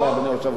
אדוני היושב-ראש,